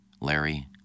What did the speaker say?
Larry